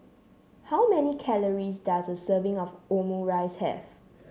how many calories does a serving of Omurice have